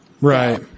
Right